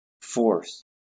force